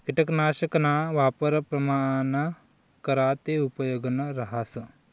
किटकनाशकना वापर प्रमाणमा करा ते उपेगनं रहास